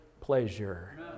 pleasure